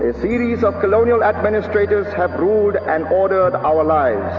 a series of colonial administrators have ruled and ordered our lives.